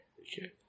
Okay